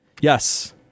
Yes